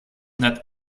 not